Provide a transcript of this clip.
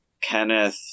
Kenneth